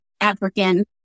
African